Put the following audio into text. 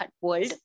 world